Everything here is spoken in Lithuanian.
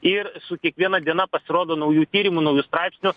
ir su kiekviena diena pasirodo naujų tyrimų naujų straipsnių